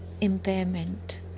impairment